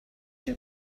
your